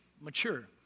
mature